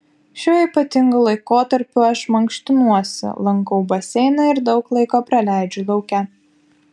šiuo ypatingu laikotarpiu aš mankštinuosi lankau baseiną ir daug laiko praleidžiu lauke